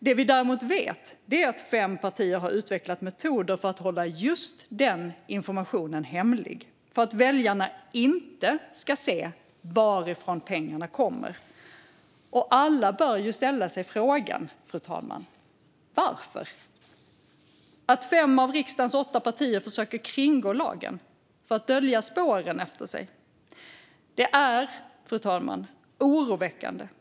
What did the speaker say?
Det vi däremot vet är att fem partier har utvecklat metoder för att hålla just den informationen hemlig, så att väljarna inte ska kunna se varifrån pengarna kommer. Alla bör ju ställa sig frågan varför, fru talman. Att fem av riksdagens åtta partier försöker kringgå lagen för att dölja spåren efter sig är oroväckande, fru talman.